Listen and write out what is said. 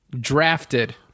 drafted